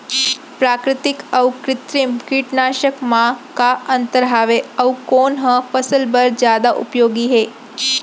प्राकृतिक अऊ कृत्रिम कीटनाशक मा का अन्तर हावे अऊ कोन ह फसल बर जादा उपयोगी हे?